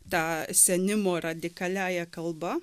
ta senimo radikaliąja kalba